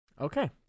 Okay